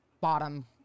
bottom